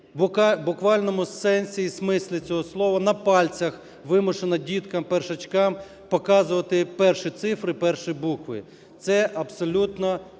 в буквальному сенсі і смислі цього слова на пальцях вимушенадіткам-першочкам показувати перші цифри, перші букви. Це абсолютно